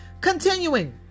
Continuing